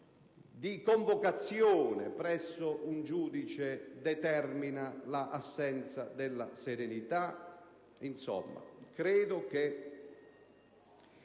di convocazione presso un giudice determina l'assenza della serenità?